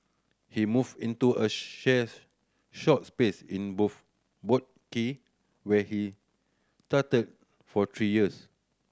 he moved into a shop space in Boat Quay where he stayed for three years